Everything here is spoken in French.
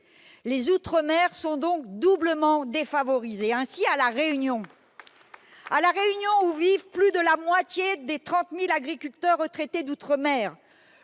Les outre-mer sont donc doublement défavorisées. Ainsi, à La Réunion, où vivent plus de la moitié des 30 000 agriculteurs retraités d'outre-mer,